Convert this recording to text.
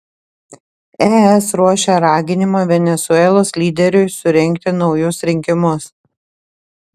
es ruošia raginimą venesuelos lyderiui surengti naujus rinkimus